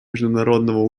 международного